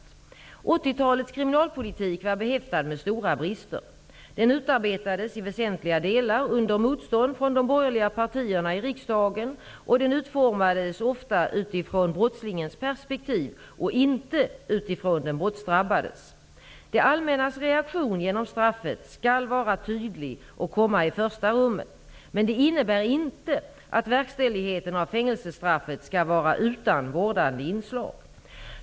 1980-talets kriminalpolitik var behäftad med stora brister. Den utarbetades i väsentliga delar under motstånd från de borgerliga partierna i riksdagen, och den utformades ofta utifrån brottslingens perspektiv och inte utifrån den brottsdrabbades. Det allmännas reaktion genom straffet skall vara tydlig och komma i första rummet. Men det innebär inte att verkställigheten av fängelsestraffet skall vara utan vårdande inslag.